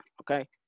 Okay